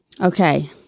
Okay